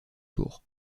tour